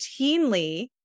routinely